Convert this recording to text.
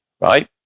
right